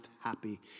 happy